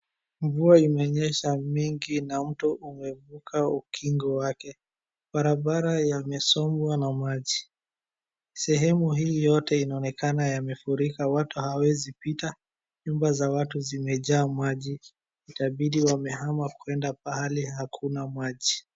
Mvua imenyesha mingi na mtu amevuka ukinga wake. Barabara yamesombwa na maji. Sehemu hii yote inaonekana yamefurika, watu hawawezi pita. Nyumba za watu zimejaa maji, itabidi wamehama kwenda mahali hapana maji.